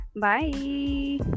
Bye